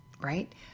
right